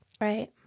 Right